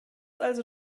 also